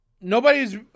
Nobody's